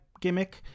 gimmick